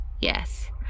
Yes